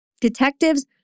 Detectives